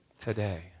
today